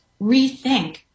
rethink